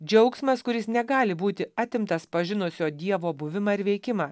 džiaugsmas kuris negali būti atimtas pažinusio dievo buvimą ir veikimą